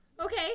okay